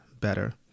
better